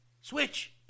Switch